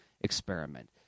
experiment